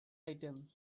item